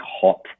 hot